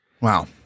Wow